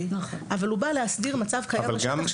אבל הוא בא להסדיר מצב קיים בשטח,